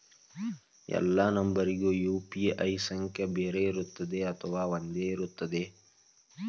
ಎಲ್ಲಾ ನಂಬರಿಗೂ ಯು.ಪಿ.ಐ ಸಂಖ್ಯೆ ಬೇರೆ ಇರುತ್ತದೆ ಅಥವಾ ಒಂದೇ ಇರುತ್ತದೆ?